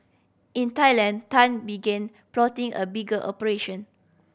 in Thailand Tan begin plotting a bigger operation